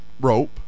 rope